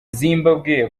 zimbabwe